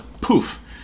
poof